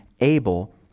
able